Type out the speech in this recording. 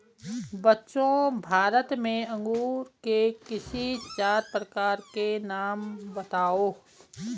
बच्चों भारत में अंगूर के किसी चार प्रकार के नाम बताओ?